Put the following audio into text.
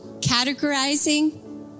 categorizing